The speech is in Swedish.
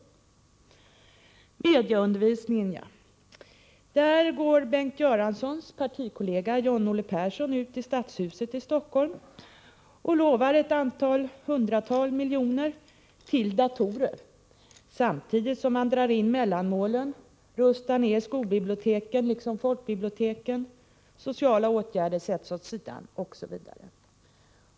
När det gäller medieundervisningen går Bengt Göranssons partikollega John-Olle Persson ut i Stadshuset i Stockholm och lovar ett antal hundra miljoner till datorer, samtidigt som man drar in mellanmålen, rustar ner skolbiblioteken liksom folkbiblioteken och sätter sociala åtgärder åt sidan, osv.